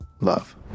Love